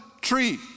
tree